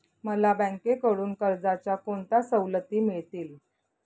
मला बँकेकडून कर्जाच्या कोणत्या सवलती मिळतील?